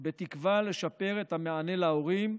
ובתקווה לשפר את המענה להורים,